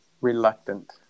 Reluctant